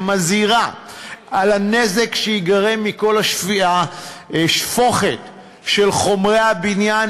שמזהירה מפני הנזק שייגרם מכל השפוכת של חומרי הבניין,